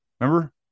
remember